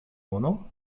mono